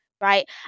right